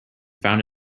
found